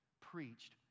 preached